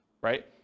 right